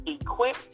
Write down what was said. Equip